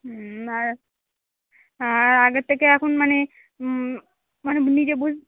হুম আর আর আগের থেকে এখন মানে মানে নিজে বুজ